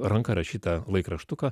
ranka rašytą laikraštuką